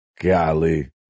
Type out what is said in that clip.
Golly